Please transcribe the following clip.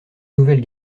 nouvelle